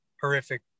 horrific